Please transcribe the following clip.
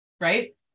right